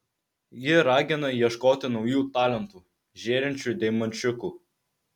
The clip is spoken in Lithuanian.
ji ragina ieškoti naujų talentų žėrinčių deimančiukų